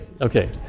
okay